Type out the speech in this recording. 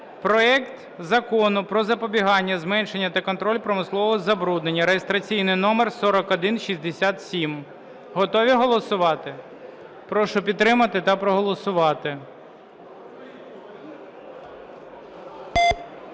проект Закону про запобігання, зменшення та контроль промислового забруднення (реєстраційний номер 4167). Готові голосувати? Прошу підтримати та проголосувати.